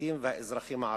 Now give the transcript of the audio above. הפליטים והאזרחים הערבים,